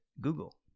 Google